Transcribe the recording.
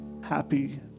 happy